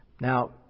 Now